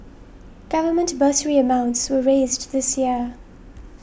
government bursary amounts were raised this year